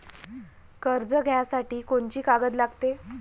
कर्ज घ्यासाठी कोनची कागद लागते?